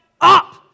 up